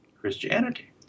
Christianity